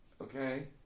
okay